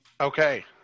Okay